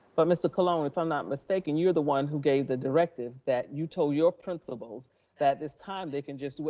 but mr. colon, if i'm not mistaken, you're the one who gave the directive that you told your principals that this time they can just do